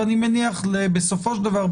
ואני מניח בסופו של דבר,